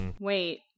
Wait